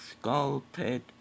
sculpted